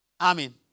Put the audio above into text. Amen